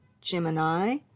Gemini